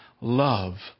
love